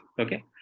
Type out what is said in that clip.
okay